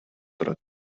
турат